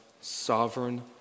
sovereign